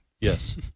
Yes